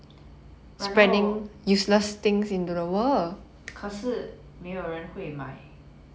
然后可是没有人会买